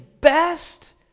best